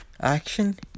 Action